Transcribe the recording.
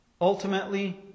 Ultimately